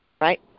Right